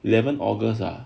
eleven august ah